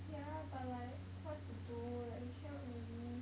ya but like what to do like you cannot really